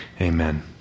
Amen